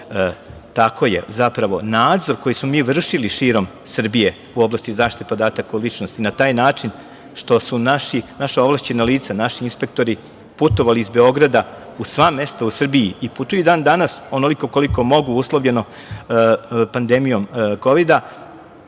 tako je. Zapravo, nadzor koji smo mi vršili širom Srbije u oblasti zaštite podataka o ličnosti na taj način što su naša ovlašćena lica, naši inspektori, putovali iz Beograda u sva mesta u Srbiji i putuju i dan-danas onoliko koliko mogu, uslovljeno pandemijom kovida,